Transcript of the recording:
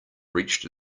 reached